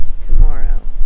Tomorrow